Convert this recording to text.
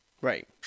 Right